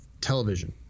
television